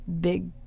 big